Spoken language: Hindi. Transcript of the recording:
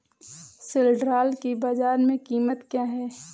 सिल्ड्राल की बाजार में कीमत क्या है?